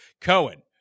Cohen